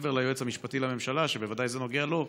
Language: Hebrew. מעבר ליועץ המשפטי לממשלה, שזה בוודאי נוגע לו,